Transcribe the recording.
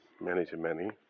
many-to-many